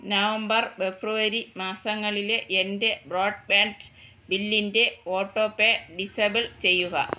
November February മാസങ്ങളിലെ എൻ്റെ broadband ബില്ലിൻ്റെ ഓട്ടോ പേ ഡിസെബിൾ ചെയ്യുക